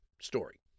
story